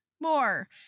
more